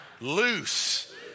loose